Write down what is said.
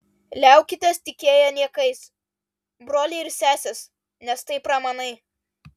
liaukitės tikėję niekais broliai ir sesės nes tai pramanai